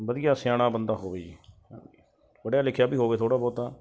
ਵਧੀਆ ਸਿਆਣਾ ਬੰਦਾ ਹੋਵੇ ਜੀ ਹਾਂਜੀ ਪੜ੍ਹਿਆ ਲਿਖਿਆ ਵੀ ਹੋਵੇ ਥੋੜ੍ਹਾ ਬਹੁਤਾ